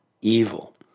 evil